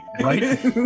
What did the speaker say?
Right